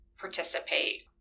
participate